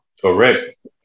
Correct